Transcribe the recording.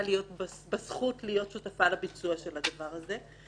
בזכות להיות שותפה בביצוע של הדבר הזה.